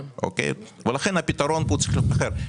לכן הפתרון כאן צריך להיות אחר.